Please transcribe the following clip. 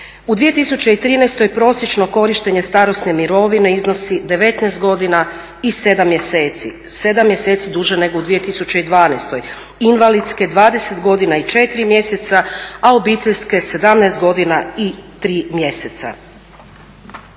U 2013.prosječno korištenje starosne mirovine iznosi 19 godina i 7 mjeseci, 7 mjeseci duže nego u 2012., invalidske 20 godina i 4 mjeseca, a obiteljske 17 godina i 3 mjeseca.